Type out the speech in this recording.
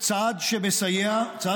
תחזור בשביל חבר הכנסת סעדי.